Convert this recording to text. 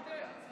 סמוטריץ'.